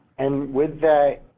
and with that,